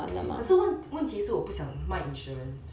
可是问问题是我不想卖 insurance